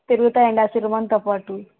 తిరుగుతాయండి ఆ సిరిమానుతో పాటు